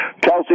Kelsey